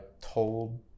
told